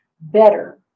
better